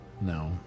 No